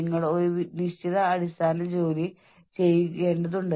നിങ്ങൾക്ക് തന്നിരിക്കുന്ന സമയത്തിനുള്ളിൽ പൂർത്തിയാക്കാൻ കഴിയാത്തത്ര ജോലിയുണ്ട്